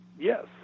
yes